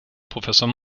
professor